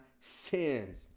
sins